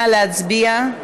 נא להצביע.